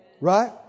Right